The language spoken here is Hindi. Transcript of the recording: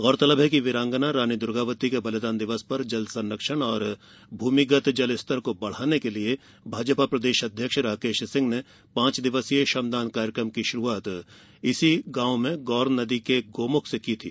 गौरतलब है कि वीरांगना रानी दुर्गावती के बलिदान दिवस पर जल संरक्षण और भूमिगत जलस्तर को बढ़ाने के लिए भाजपा प्रदेश अध्यक्ष राकेश सिंह ने पांच दिवसीय श्रमदान कार्यक्रम की शुरुआत इस गांव में गौर नदी के गौमुख से की थी